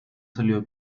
salió